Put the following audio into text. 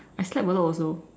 I slept a lot also